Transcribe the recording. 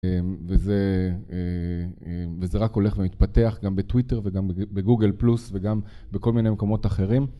וזה רק הולך ומתפתח גם בטוויטר וגם בגוגל פלוס וגם בכל מיני מקומות אחרים.